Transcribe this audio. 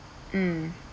mm